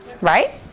Right